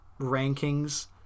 rankings